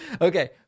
Okay